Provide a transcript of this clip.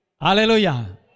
Hallelujah